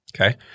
Okay